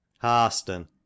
Harston